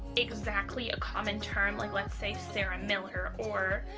exactly a common term like let's say sarah miller or